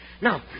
Now